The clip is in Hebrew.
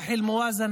( שמה שמניע את הממשלה הזאת, )